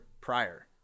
prior